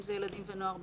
אם זה ילדים ונוער בסיכון.